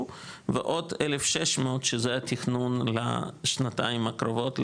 ועוד 1,600 שזה התכנון לשנתיים הקרובות,